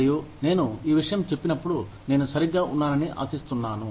మరియు నేను ఈ విషయం చెప్పినప్పుడు నేను సరిగ్గా ఉన్నానని ఆశిస్తున్నాను